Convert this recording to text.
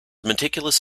meticulous